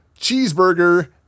Cheeseburger